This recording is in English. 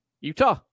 Utah